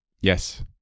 Yes